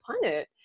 planet